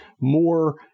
more